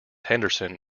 henderson